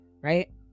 right